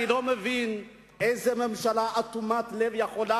אני לא מבין איזו ממשלה אטומת לב רק